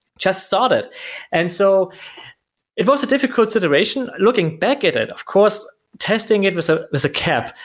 just started and so it was a difficult iteration. looking back at it, of course testing it was a was a cap.